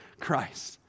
christ